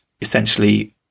essentially